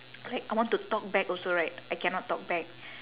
like I want to talk back also right I cannot talk back